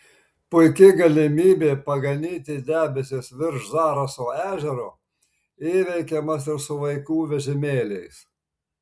puiki galimybė paganyti debesis virš zaraso ežero įveikiamas ir su vaikų vežimėliais